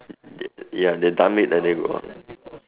yeah they done it and they go